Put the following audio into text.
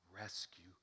rescue